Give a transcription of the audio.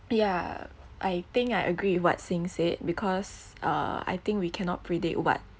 ya I think I agree what xing said because uh I think we cannot predict what